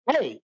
Hey